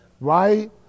right